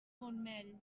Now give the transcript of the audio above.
montmell